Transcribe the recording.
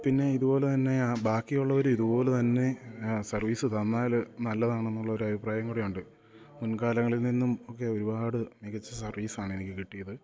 പിന്നെ ഇതു പോലെ തന്നെ ആ ബാക്കിയുള്ളവർ ഇതു പോലെ തന്നെ സർവ്വീസ് തന്നാൽ നല്ലതാണെന്നുള്ളൊരു അഭിപ്രായം കൂടെയുണ്ട് മുൻകാലങ്ങളിൽ നിന്നും ഒക്കെ ഒരുപാട് മികച്ച സർവ്വീസാണ് എനിക്ക് കിട്ടിയത്